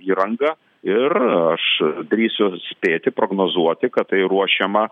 įranga ir aš drįsiu spėti prognozuoti kad tai ruošiama